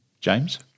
James